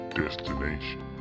destination